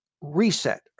reset